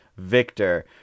victor